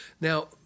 Now